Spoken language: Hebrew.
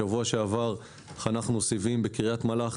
בשבוע שעבר חנכנו סיבים בקריית מלאכי.